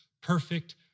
perfect